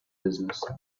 business